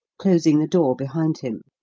closing the door behind him,